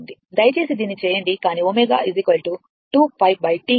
దయచేసి దీన్ని చేయండి కానీ ω 2π T కి సమానం